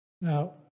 Now